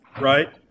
Right